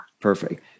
Perfect